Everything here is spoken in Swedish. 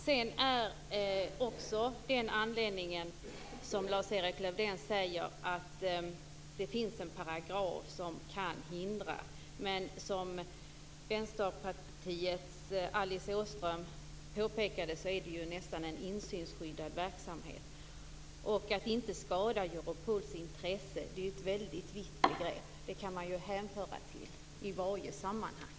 Lars-Erik Lövdén sade att det finns en paragraf med vars hjälp man kan hindra allt sådant. Men det här är, som Vänsterpartiets Alice Åström påpekade, nästan en insynsskyddad verksamhet. Att inte skada Europols intressen är ett väldigt viktigt grepp. Det kan man hänföra till i varje sammanhang.